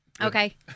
Okay